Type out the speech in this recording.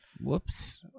Whoops